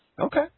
Okay